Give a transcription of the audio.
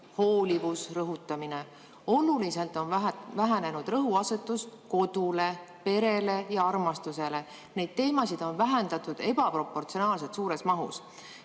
hoolivus rõhutamine. Oluliselt on vähenenud rõhuasetus kodule, perele ja armastusele. Neid teemasid on vähendatud ebaproportsionaalselt suures mahus.